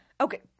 Okay